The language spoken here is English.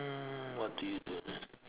um what do you put lah